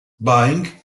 byng